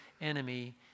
enemy